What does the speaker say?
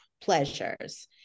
pleasures